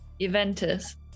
Juventus